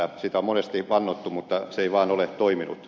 sitä on monesti vannottu mutta se ei vaan ole toiminut